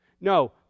No